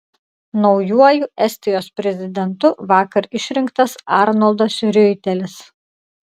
naujuoju estijos prezidentu vakar išrinktas arnoldas riuitelis